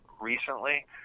recently